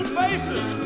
faces